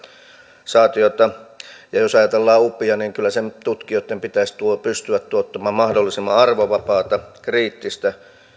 organisaatiota ja jos ajatellaan upia niin kyllä sen tutkijoitten pitäisi pystyä tuottamaan mahdollisimman arvovapaata kriittistä